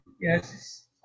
yes